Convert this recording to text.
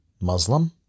Muslim